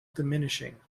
diminishing